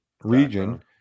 region